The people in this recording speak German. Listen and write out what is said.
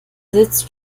sitzt